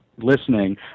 listening